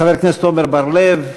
חבר הכנסת עמר בר-לב,